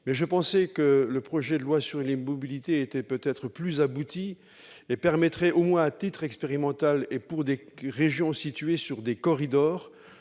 Je pensais que le projet de loi d'orientation sur les mobilités était plus abouti et permettrait, au moins à titre expérimental et pour des régions situées sur des corridors,